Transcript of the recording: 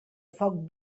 foc